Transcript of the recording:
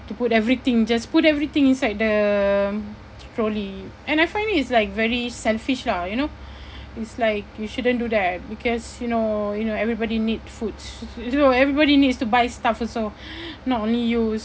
to put everything just put everything inside the trolley and I find it it's like very selfish lah you know it's like you shouldn't do that because you know you know everybody need foods you know everybody needs to buy stuff also not only you